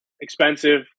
expensive